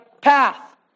path